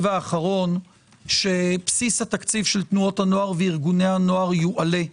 האחרון שבסיס התקציב של תנועות הנוער וארגוני הנוער יועלה.